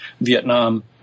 Vietnam